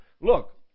Look